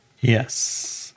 yes